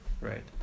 right